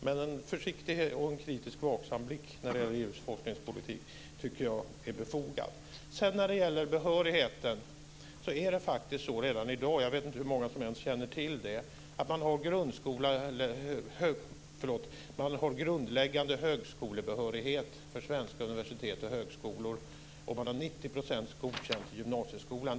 Men en försiktighet och en kritiskt vaksam blick på EU:s forskningspolitik är befogad. Jag vet inte hur många som känner till att man redan i dag har grundläggande högskolebehörighet för svenska universitet och för högskola om man har 90 % godkänt i gymnasieskolan.